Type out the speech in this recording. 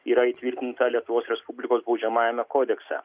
yra įtvirtinta lietuvos respublikos baudžiamajame kodekse